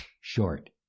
short